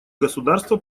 государства